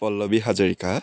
Pallavi Hazarika